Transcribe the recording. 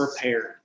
prepared